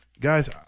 Guys